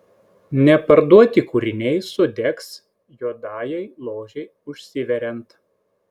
neparduoti kūriniai sudegs juodajai ložei užsiveriant